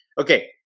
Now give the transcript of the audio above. Okay